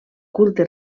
culte